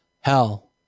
hell